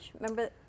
Remember